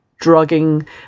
drugging